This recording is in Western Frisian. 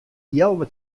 healwei